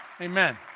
Amen